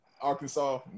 Arkansas